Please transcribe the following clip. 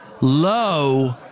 low